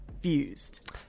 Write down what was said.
fused